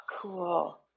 Cool